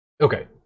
Okay